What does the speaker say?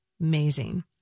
Amazing